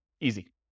Easy